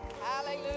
Hallelujah